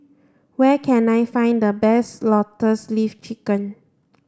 where can I find the best lotus leaf chicken